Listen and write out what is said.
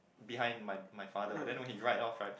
behind my my father then when he ride off right